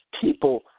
People